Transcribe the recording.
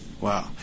Wow